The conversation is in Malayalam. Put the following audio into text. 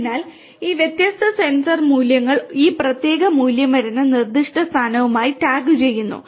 അതിനാൽ ഈ വ്യത്യസ്ത സെൻസർ മൂല്യങ്ങൾ ഈ പ്രത്യേക മൂല്യം വരുന്ന നിർദ്ദിഷ്ട സ്ഥാനവുമായി ടാഗുചെയ്യുന്നു